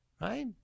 Right